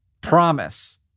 Promise